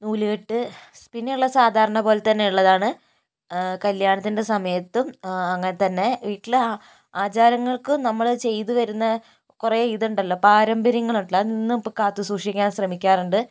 നൂലുകെട്ട് പിന്നെ ഉള്ളത് സാധാരണ പോലെത്തന്നെ ഉള്ളതാണ് കല്യാണത്തിന്റെ സമയത്തും അങ്ങനെത്തന്നെ വീട്ടില് ആചാരങ്ങള്ക്കും നമ്മള് ചെയ്തു വരുന്ന കുറേ ഇതുണ്ടല്ലോ പാരമ്പര്യങ്ങളുണ്ടല്ലോ അത് ഇന്നും ഇപ്പോൾ കാത്തു സൂക്ഷിക്കാന് ശ്രമിക്കാറുണ്ട്